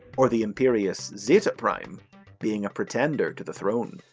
or the imperious zeta prime being a pretender to the throne.